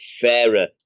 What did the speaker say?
fairer